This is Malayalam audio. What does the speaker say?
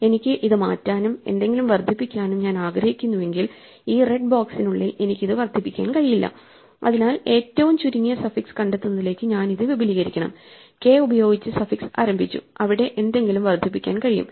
എനിക്ക് ഇത് മാറ്റാനും എന്തെങ്കിലും വർദ്ധിപ്പിക്കാനും ഞാൻ ആഗ്രഹിക്കുന്നുവെങ്കിൽ ഈ റെഡ് ബോക്സിനുള്ളിൽ എനിക്ക് ഇത് വർദ്ധിപ്പിക്കാൻ കഴിയില്ല അതിനാൽ ഏറ്റവും ചുരുങ്ങിയ സഫിക്സ് കണ്ടെത്തുന്നതിലേക്ക് ഞാൻ ഇത് വിപുലീകരിക്കണം k ഉപയോഗിച്ച് സഫിക്സ് ആരംഭിച്ചു അവിടെ എന്തെങ്കിലും വർദ്ധിപ്പിക്കാൻ കഴിയും